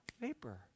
vapor